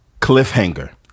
cliffhanger